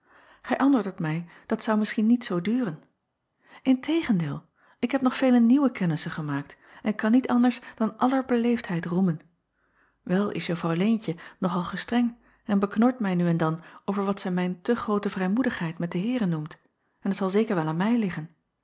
ij antwoorddet mij dat zou misschien niet zoo duren n tegendeel k heb nog vele nieuwe acob van ennep laasje evenster delen kennissen gemaakt en kan niet anders dan aller beleefdheid roemen el is uffrouw eentje nog al gestreng en beknort mij nu en dan over wat zij mijn te groote vrijmoedigheid met de eeren noemt en t zal zeker wel aan mij liggen